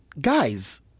guys